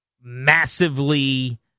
massively